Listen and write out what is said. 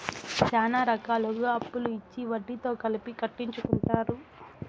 శ్యానా రకాలుగా అప్పులు ఇచ్చి వడ్డీతో కలిపి కట్టించుకుంటారు